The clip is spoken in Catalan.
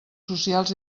socials